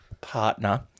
partner